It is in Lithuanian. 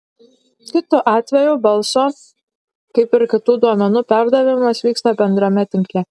kitu atveju balso kaip ir kitų duomenų perdavimas vyksta bendrame tinkle